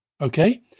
Okay